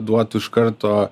duotų iš karto